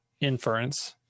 inference